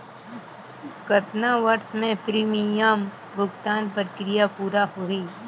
कतना वर्ष मे प्रीमियम भुगतान प्रक्रिया पूरा होही?